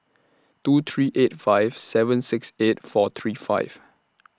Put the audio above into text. two three eight five seven six eight four three five